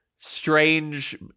strange